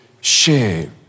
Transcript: share